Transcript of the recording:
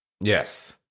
Yes